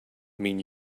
mean